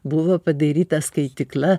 buvo padaryta skaitykla